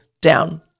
down